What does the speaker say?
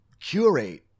curate